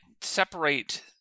separate